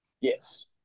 Yes